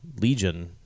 Legion